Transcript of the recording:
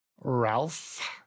Ralph